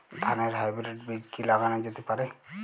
ধানের হাইব্রীড বীজ কি লাগানো যেতে পারে?